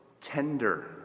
tender